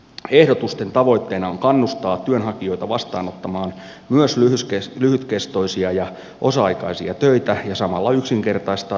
ehdotusten tavoitteena on kannustaa työnhakijoita vastaanottamaan myös lyhytkestoisia ja osa aikaisia töitä ja samalla yksinkertaistaa työttömyysturvajärjestelmää